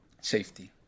Safety